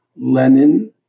Lenin